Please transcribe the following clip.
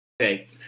Okay